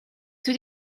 too